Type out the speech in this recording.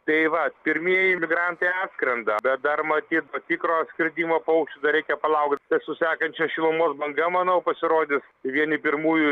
tai va pirmieji migrantai atskrenda bet dar matyt to tikro atskridimo pau dar reikia palaukt čia su sukančia šilumos banga manau pasirody vieni pirmųjų